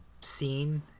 scene